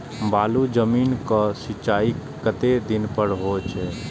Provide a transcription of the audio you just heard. बालू जमीन क सीचाई कतेक दिन पर हो छे?